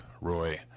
Roy